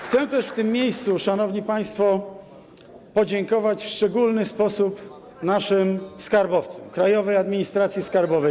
Chcę też w tym miejscu, szanowni państwo, podziękować w szczególny sposób naszym skarbowcom, Krajowej Administracji Skarbowej.